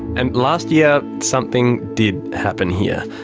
and last year, something did happen here.